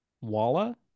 Walla